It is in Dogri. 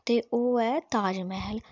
ते ओह् ऐ ताजमैह्ल